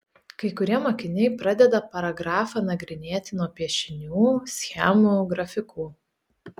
kai kurie mokiniai pradeda paragrafą nagrinėti nuo piešinių schemų grafikų